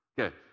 Okay